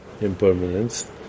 impermanence